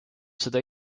seda